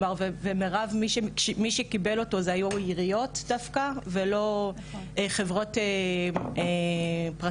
ומי שקיבל אותו היו עיריות דווקא ולא חברות פרטיות.